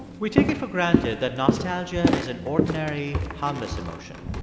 we take it for granted that nostalgia is an ordinary, harmless emotion.